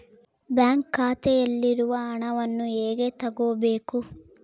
Bank ಖಾತೆಯಲ್ಲಿರುವ ಹಣವನ್ನು ಹೇಗೆ ತಗೋಬೇಕು?